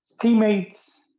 teammates